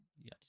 yes